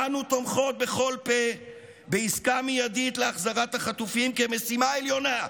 אנו "תומכות בכל פה בעסקה מיידית להחזרת החטופים כמשימה עליונה,